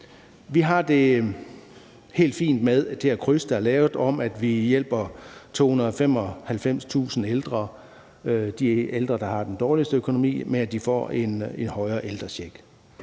Vi har det helt fint med det kryds, der er lavet, om, at vi hjælper 295.000 ældre – de ældre, der har den dårligste økonomi – ved at de får en højere ældrecheck.